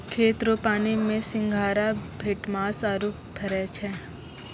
खेत रो पानी मे सिंघारा, भेटमास आरु फरै छै